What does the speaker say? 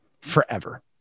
forever